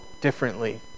differently